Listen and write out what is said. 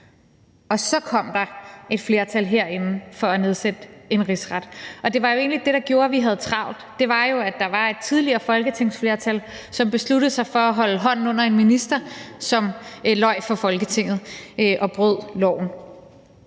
og så kom der et flertal herinde for at nedsætte en rigsret. Det var jo egentlig det, der gjorde, at vi havde travlt, altså det var, at der var et tidligere folketingsflertal, som besluttede sig for at holde hånden under en minister, som løj for Folketinget og brød loven.